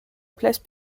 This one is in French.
place